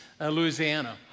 Louisiana